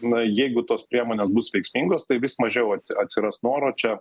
na jeigu tos priemonės bus veiksmingos tai vis mažiau atsiras noro čia